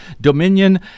Dominion